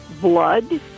blood